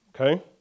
Okay